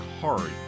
hard